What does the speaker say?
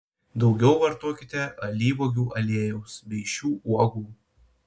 daugiau vartokite alyvuogių aliejaus bei šių uogų